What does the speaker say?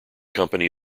company